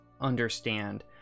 understand